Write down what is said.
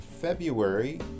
February